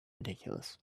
ridiculous